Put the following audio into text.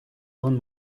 own